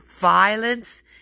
violence